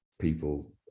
people